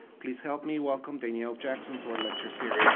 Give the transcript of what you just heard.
please help me welcome danielle jackson to our lecture series.